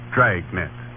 Dragnet